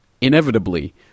Inevitably